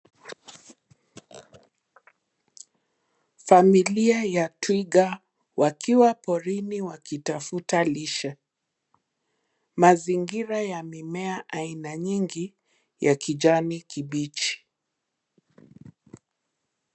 Familia ya twiga wakiwa porini wakitafuta lishe. Mazingira ya mimea aina nyingi ya kijani kibichi.